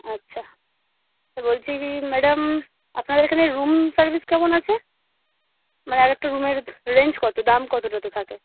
আচ্ছা তা বলছি কি ম্যাডাম আপনাদের এখানে রুম সার্ভিস কেমন আছে মানে এক একটা রুমের রেঞ্জ কত দাম কত টতো থাকে